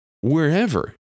wherever